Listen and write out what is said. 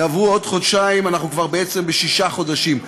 יעברו עוד חודשיים אנחנו כבר בעצם בשישה חודשים.